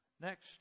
Next